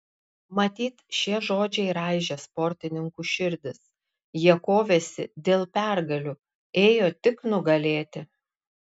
matyt šie žodžiai raižė sportininkų širdis jie kovėsi dėl pergalių ėjo tik nugalėti